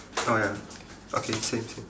oh ya okay same same